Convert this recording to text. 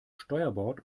steuerbord